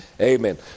amen